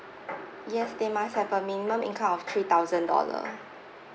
yes they must have a minimum income of three thousand dollar